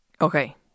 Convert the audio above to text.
okay